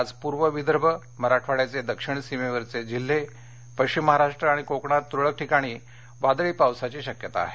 आज पूर्व विदर्भ मराठवाड्याचे दक्षिण सीमेवरचे जिल्हे पश्चिम महाराष्ट्र आणि कोकणात तुरळक ठिकाणी वादळी पावसाची शक्यता आहे